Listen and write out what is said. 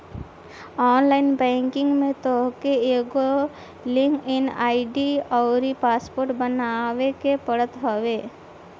online banking में तोहके एगो लॉग इन आई.डी अउरी पासवर्ड बनावे के पड़त हवे